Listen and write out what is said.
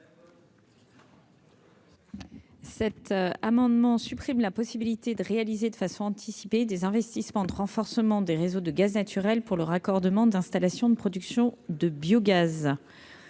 Cet amendement vise à supprimer la possibilité de réaliser de manière anticipée des investissements de renforcement des réseaux de gaz naturel pour le raccordement d'installations de production de biogaz.